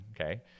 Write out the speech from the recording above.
okay